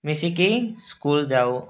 ମିଶିକି ସ୍କୁଲ୍ ଯାଉ